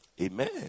Amen